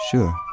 Sure